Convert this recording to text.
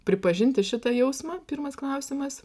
pripažinti šitą jausmą pirmas klausimas